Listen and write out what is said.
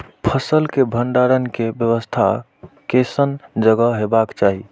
फसल के भंडारण के व्यवस्था केसन जगह हेबाक चाही?